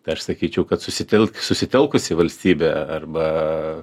tai aš sakyčiau kad susitelk susitelkusi valstybė arba